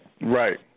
Right